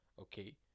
okay